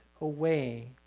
away